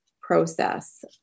process